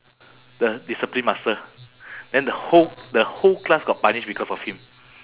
the discipline master then the whole the whole class got punish because of him